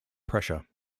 pressure